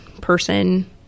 person